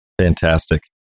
Fantastic